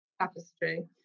tapestry